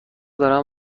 دارم